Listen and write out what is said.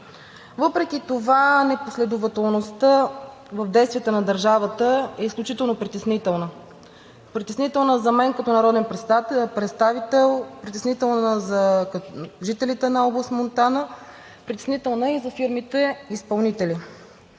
Въпреки това непоследователността в действията на държавата е изключително притеснителна – притеснителна за мен като народен представител, притеснителна за жителите на област Монтана, притеснителна и за фирмите изпълнители.